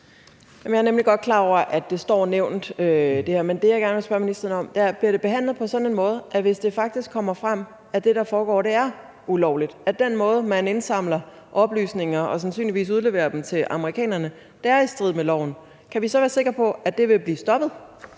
Jeg er godt klar over, at det her står nævnt, men det, jeg gerne vil spørge ministeren om, er, om det bliver behandlet på en sådan måde, at vi, hvis det faktisk kommer frem, at det, der foregår, er ulovligt, at den måde, man indsamler oplysninger og sandsynligvis udleverer dem til amerikanerne på, er i strid med loven, så kan være sikre på, at det vil blive stoppet.